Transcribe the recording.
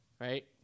Right